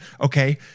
Okay